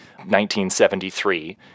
1973